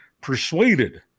persuaded